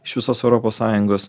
iš visos europos sąjungos